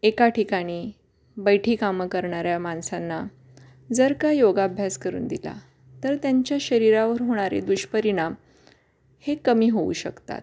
एका ठिकाणी बैठी कामं करणाऱ्या माणसांना जर का योगाभ्यास करून दिला तर त्यांच्या शरीरावर होणारे दुष्परिणाम हे कमी होऊ शकतात